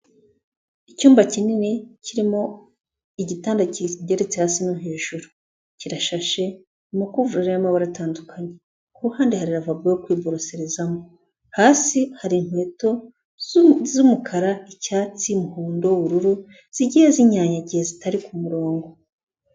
Icyumba kinini kirimo igitanda kigeretse hasi no hejuru kirashashe amakuvurori y'amabara atandukanye, kuruhande hari lavabo yo kwiboroserezamo, hasi hari inkweto z'umukara, icyatsi, umuhondo, ubururu zigiye zinyanyagiye zitari ku murongo.